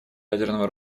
ядерного